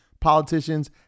politicians